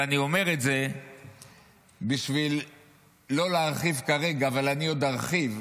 ואני אומר את זה בשביל לא להרחיב כרגע אבל אני עוד ארחיב,